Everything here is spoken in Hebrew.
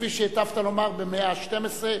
כפי שהיטבת לומר, במאה ה-12,